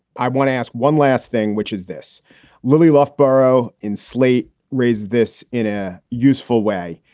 i want to ask one last thing, which is this really rough burrow in slate raised this in a useful way.